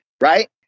Right